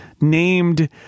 named